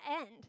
end